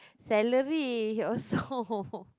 salary also